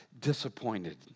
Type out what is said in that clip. disappointed